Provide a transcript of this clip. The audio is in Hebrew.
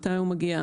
מתי הוא מגיע.